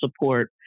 support